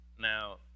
Now